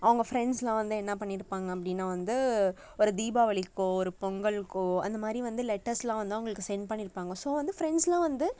அவங்க ஃப்ரெண்ட்டஸெலாம் வந்து என்ன பண்ணியிருப்பாங்க அப்படின்னா வந்து ஒரு தீபாவளிக்கோ ஒரு பொங்கல்கோ அந்தமாதிரி வந்து லெட்டர்ஸெலாம் வந்து அவங்களுக்கு சென்ட் பண்ணியிருப்பாங்க ஸோ வந்து ஃப்ரெண்ட்ஸ்லாம் வந்து